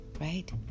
right